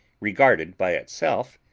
regarded by itself,